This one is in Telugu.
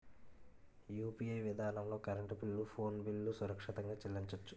యూ.పి.ఐ విధానంలో కరెంటు బిల్లు ఫోన్ బిల్లు సురక్షితంగా చెల్లించొచ్చు